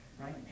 right